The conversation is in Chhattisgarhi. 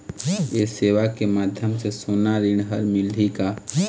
ये सेवा के माध्यम से सोना ऋण हर मिलही का?